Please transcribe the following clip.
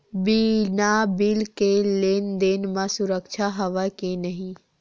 बिना बिल के लेन देन म सुरक्षा हवय के नहीं?